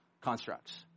constructs